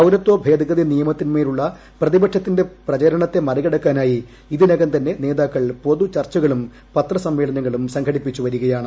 പൌരത്വ ഭേദഗതി നിയമത്തിന്മേലുള്ള പ്രതിപക്ഷത്തിന്റെ പ്രചരണത്തെ മറികടക്കാനായി ഇതിനകം തന്നെ നേതാക്കൾ പൊതു ചർച്ചകളും പത്രസമ്മേളനങ്ങളും സംഘടിപ്പിച്ചു വരികയാണ്